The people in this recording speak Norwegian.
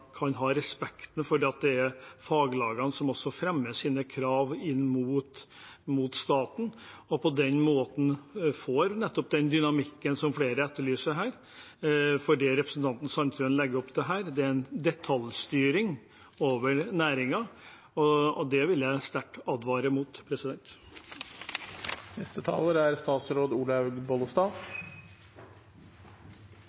kan ha respekt for at det er faglagene som fremmer sine krav inn mot staten, og at en på den måten nettopp får den dynamikken som flere etterlyser her. Det representanten Sandtrøen legger opp til her, er en detaljstyring av næringen, og det vil jeg sterkt advare mot.